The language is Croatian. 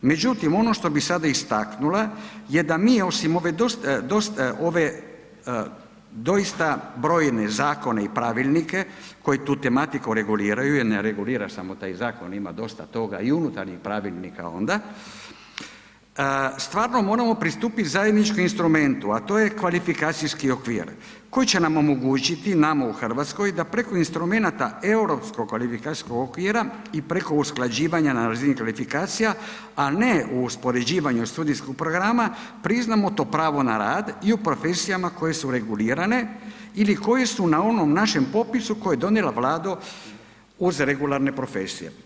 Međutim, ono što bi sada istaknula je da mi osim ove doista brojne zakone i pravilnike koji tu tematiku reguliraju jer ne regulira smo taj zakon, ima dosta toga i unutarnjih pravilnika onda, stvarno moramo pristupiti zajedničkom instrumentu, a to je kvalifikacijski okvir koji će nam omogućiti, nama u RH da preko instrumenata Europskog kvalifikacijskog okvira i preko usklađivanja na razini kvalifikacija, a ne u uspoređivanju studijskog programa, priznamo to pravo na rad i u profesijama koje su regulirane ili koje su na onom našem popisu koje je donijela Vlada uz regularne profesije.